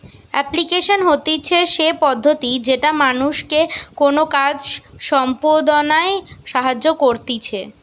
application হতিছে সে পদ্ধতি যেটা মানুষকে কোনো কাজ সম্পদনায় সাহায্য করতিছে